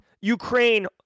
Ukraine